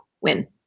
win